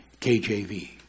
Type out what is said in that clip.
KJV